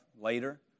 later